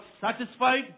satisfied